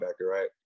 right